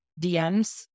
DMs